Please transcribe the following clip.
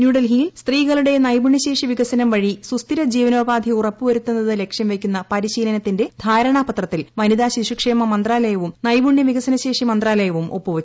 ന്യൂഡൽഹിയിൽ സ്ത്രീകളുടെ നൈപുണ്യശേഷി വികസനം വഴി സുസ്ഥിര ജീവനോപാധി ഉറപ്പുവരുത്തുന്നത് ലക്ഷ്യം വെയ്ക്കുന്ന പരിശീലനത്തിന്റെ ധാരണാപത്രത്തിൽ വനിതാശിശു ക്ഷേമ മന്ത്രാലയവും നൈപുണ്യ വികസനശേഷി മന്ത്രാലയവും ഒപ്പുവെച്ചു